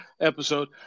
episode